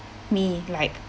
me like